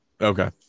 Okay